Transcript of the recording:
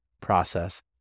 process